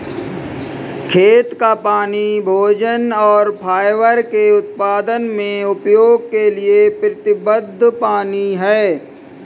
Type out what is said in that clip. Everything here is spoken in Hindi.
खेत का पानी भोजन और फाइबर के उत्पादन में उपयोग के लिए प्रतिबद्ध पानी है